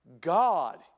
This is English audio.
God